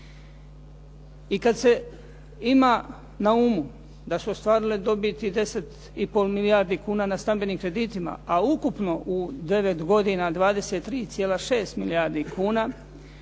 I kada se ima na umu da su ostvarile dobiti 10,5 milijardi kuna na stambenim kreditima, a ukupno u 9 godina 23,6 milijardi kuna,